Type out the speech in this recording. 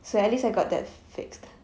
so at least I got that fixed